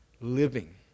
living